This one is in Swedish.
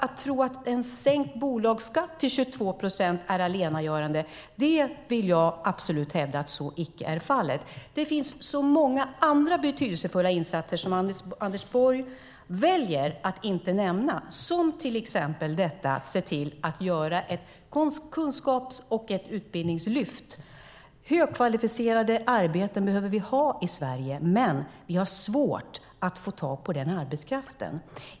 Att en sänkt bolagsskatt till 22 procent är det allena saliggörande vill jag absolut hävda icke är fallet. Det finns så många andra betydelsefulla insatser som Anders Borg väljer att inte nämna, som till exempel att se till att göra ett kunskaps och utbildningslyft. Högkvalificerade arbeten behöver vi ha i Sverige, men vi har svårt att få tag på den arbetskraften.